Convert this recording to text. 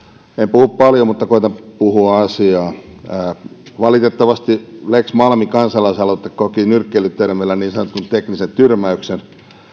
puhu paljon mutta koetan puhua asiaa valitettavasti lex malmi kansalaisaloite koki nyrkkeilytermeillä niin sanotun teknisen tyrmäyksen